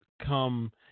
come